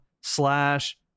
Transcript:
slash